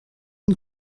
une